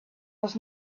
was